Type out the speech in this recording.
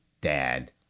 dad